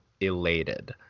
elated